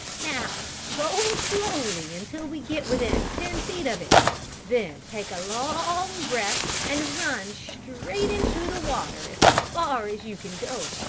now go slowly until we get within ten feet of it then take a long breath and run straight into the water as far as you can go.